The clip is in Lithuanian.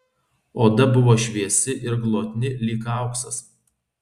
oda buvo šviesi ir glotni lyg auksas